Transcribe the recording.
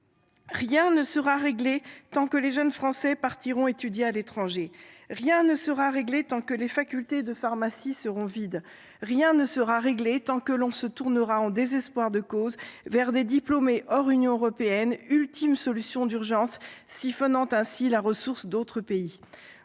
Rien ne sera réglé tant que les jeunes Français partiront étudier à l’étranger. Rien ne sera réglé tant que les facultés de pharmacie seront vides. Rien ne sera réglé tant que l’on se tournera, en désespoir de cause, vers des diplômés hors Union européenne, ultime solution d’urgence, siphonnant ainsi la ressource d’autres pays.